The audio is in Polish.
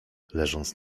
leżąc